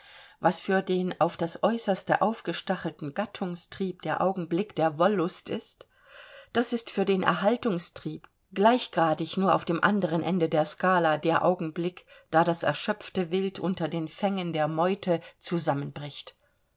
was für den auf das äußerste aufgestachelten gattungstrieb der augenblick der wollust ist das ist für den erhaltungstrieb gleichgradig nur auf dem anderen ende der skala der augenblick da das erschöpfte wild unter den fängen der meute zusammenbricht